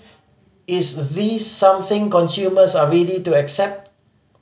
is the this something consumers are ready to accept